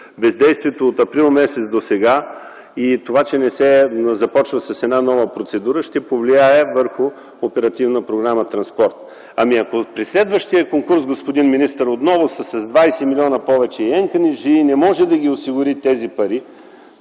бездействието от м. април до сега и това, че не се започва с една нова процедура ще повлияе върху Оперативна програма „Транспорт”. Ами, ако при следващия конкурс, господин министър, отново са с 20 млн. повече и НКЖИ не може да ги осигури тези пари,